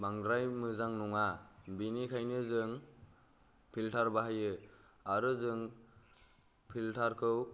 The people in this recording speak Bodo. बांद्राय मोजां नङा बेनिखायनो जों फिल्टार बाहायो आरो जों फिल्टारखौ